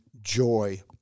joy